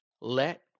let